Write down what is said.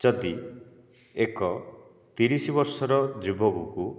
ଯଦି ଏକ ତିରିଶି ବର୍ଷର ଯୁବକକୁ